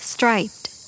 Striped